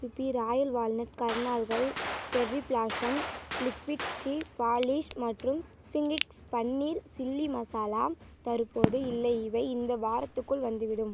BP royal walnut கர்னால்கள் cherry blossom liquid shoe polish மற்றும் சிங்கிக்ஸ் பன்னீர் சில்லி மசாலா தற்போது இல்லை இவை இந்த வாரத்துக்குள் வந்துவிடும்